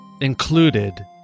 included